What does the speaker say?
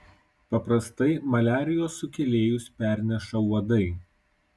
paprastai maliarijos sukėlėjus perneša uodai